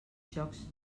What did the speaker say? jocs